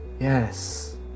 Yes